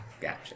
Gotcha